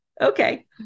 okay